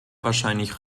wahrscheinlich